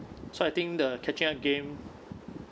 so I think the catching up game